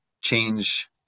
change